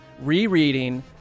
rereading